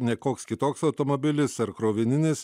ne koks kitoks automobilis ar krovininis